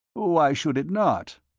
why should it not?